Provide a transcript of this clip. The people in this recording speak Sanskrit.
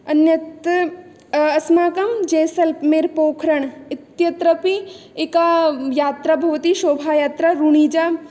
अन्यत् अस्माकं जैसल् मेर् पोखरण् इत्यत्रापि एका यात्रा भवति शोभायात्रा रुणीजा